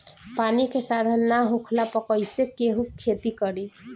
पानी के साधन ना होखला पर कईसे केहू खेती करी